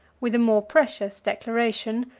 with a more precious declaration,